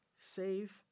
save